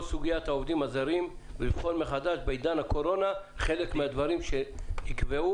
סוגיית העובדים הזרים ולבחון מחדש בעידן הקורונה חלק מהנושא הזה.